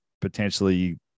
potentially